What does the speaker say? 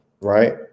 right